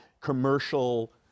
commercial